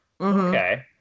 okay